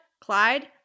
Clyde